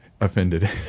offended